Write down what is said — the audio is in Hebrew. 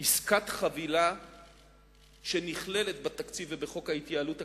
עסקת חבילה שנכללת בתקציב ובחוק ההתייעלות הכלכלית,